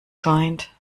scheint